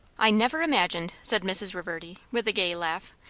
i never imagined, said mrs. reverdy with a gay laugh,